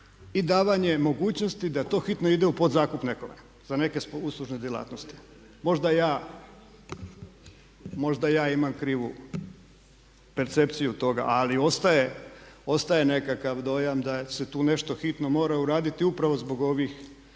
i davanje mogućnosti da to hitno ide u podzakupne … za neke uslužne djelatnosti. Možda ja imam krivu percepciju toga ali ostaje nekakav dojam da se tu nešto hitno mora uraditi upravo zbog ovih